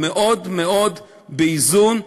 מאוד מאוד באיזון,